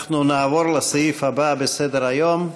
אנחנו נעבור לסעיף הבא בסדר-היום: